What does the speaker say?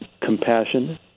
compassion